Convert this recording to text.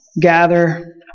gather